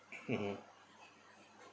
mmhmm